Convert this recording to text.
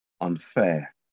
unfair